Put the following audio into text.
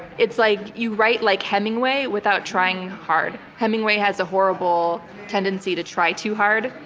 it's like you write like hemingway without trying hard. hemingway has a horrible tendency to try too hard.